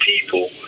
people